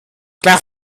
gleich